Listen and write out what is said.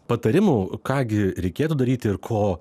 patarimų ką gi reikėtų daryti ir ko